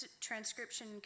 transcription